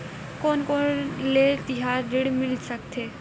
कोन कोन ले तिहार ऋण मिल सकथे?